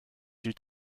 due